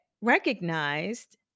recognized